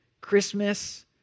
Christmas